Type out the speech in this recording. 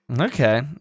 Okay